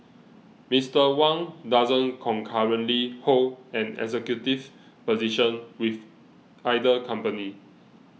Mister Wang doesn't currently hold an executive position with either company